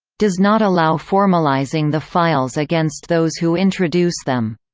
does not allow formalizing the files against those who introduce them.